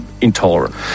intolerant